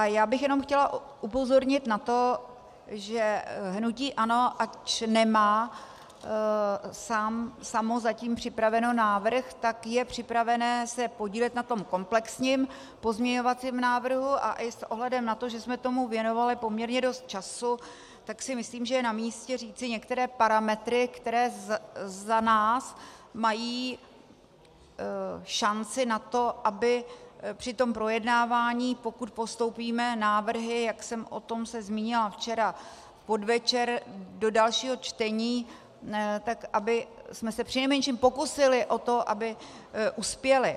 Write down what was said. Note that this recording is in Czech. Já bych jenom chtěla upozornit na to, že hnutí ANO, ač nemá samo zatím připravený návrh, tak je připravené se podílet na tom komplexním pozměňovacím návrhu, a i s ohledem na to, že jsme tomu věnovali poměrně dost času, si myslím, že je namístě říci některé parametry, které za nás mají šanci na to, aby při projednávání, pokud postoupíme návrhy, jak jsem se o tom zmínila včera podvečer, do dalšího čtení, tak abychom se přinejmenším pokusili o to, aby uspěly.